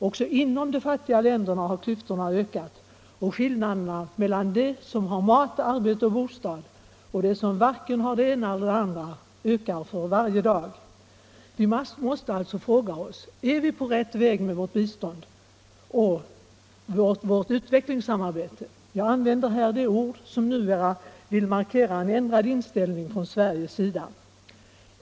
Också inom de fattiga länderna har klyftorna ökat, och skillnaderna mellan dem som har mat, arbete och bostad och dem som varken har det ena eller det andra blir större för varje dag. Vi måste alltså fråga oss: Är vi på rätt väg med vårt bistånd och vårt utvecklingssamarbetet? — Jag använder här det ord som numera vill markera ändrad inställning från Sveriges sida.